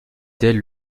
dès